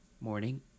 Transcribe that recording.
morning